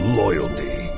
loyalty